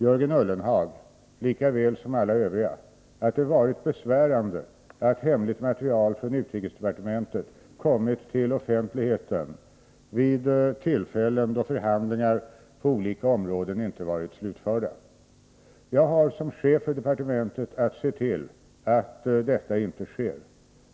Jörgen Ullenhag vet lika väl som alla övriga att det varit besvärande att hemligt material från utrikesdepartementet kommit till offentligheten vid tillfällen då förhandlingar på olika områden inte varit slutförda. Jag har som chef för departementet att se till att detta inte sker.